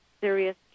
serious